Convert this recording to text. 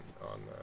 on